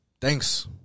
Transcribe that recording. Thanks